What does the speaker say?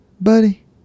buddy